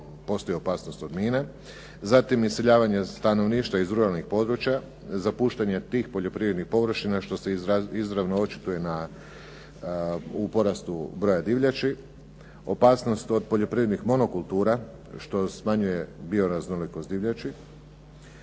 postoji opasnost od mina, zatim iseljavanje stanovništva iz ruralnih područja, zapuštanje tih poljoprivrednih površina, što se izravno očituje u porastu broja divljači, opasnost od poljoprivrednih monokultura, što smanjuje bioraznolikost divljači,